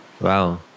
Wow